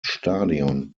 stadion